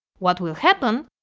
what will happen,